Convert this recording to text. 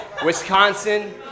Wisconsin